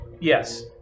Yes